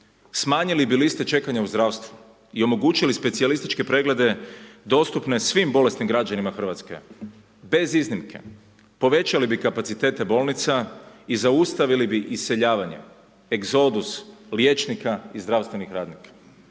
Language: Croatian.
smanjili bi liste čekanja u zdravstvu i omogućili specijalističke preglede dostupne svim bolesnim građanima Hrvatske bez iznimke, povećali bi kapacitete bolnica i zaustavili bi iseljavanje egzodus liječnika i zdravstvenih radnika,